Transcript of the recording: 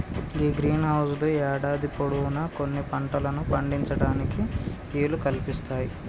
గీ greenhouse లు యేడాది పొడవునా కొన్ని పంటలను పండించటానికి ఈలు కల్పిస్తాయి